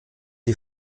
die